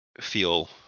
feel